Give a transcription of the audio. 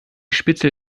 spitzel